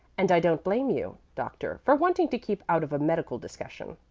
and i don't blame you, doctor, for wanting to keep out of a medical discussion.